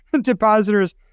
depositors